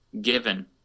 given